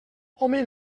home